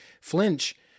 flinch